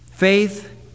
Faith